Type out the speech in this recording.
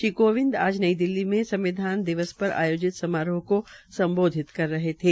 श्री कोविंद आज नई दिल्ली में संविधान दिवस पर आयोजित समारोह को सम्बोधित कर रहे थे